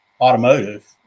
automotive